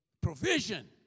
Provision